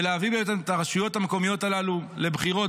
ולהביא את הרשויות המקומיות הללו לבחירות